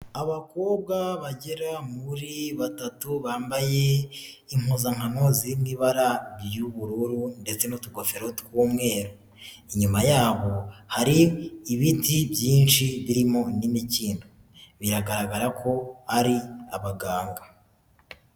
Abakobwa bagera muri batatu, bambaye impuzankano ziri mu ibara ry'ubururu ndetse n'utugofero tw'umweru, inyuma yabo hari ibiti byinshi birimo n'imikindo, biragaragara ko ari abaganga.